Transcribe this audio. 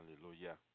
Hallelujah